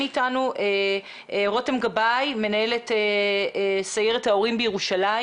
רותם גבאי, מנהלת סיירת ההורים בירושלים.